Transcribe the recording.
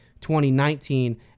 2019